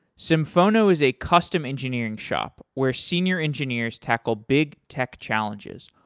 symphono is a custom engineering shop where senior engineers tackle big tech challenges,